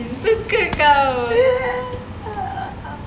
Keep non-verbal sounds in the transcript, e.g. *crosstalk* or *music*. suka kau *laughs*